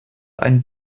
ein